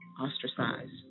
ostracized